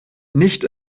nicht